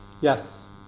Yes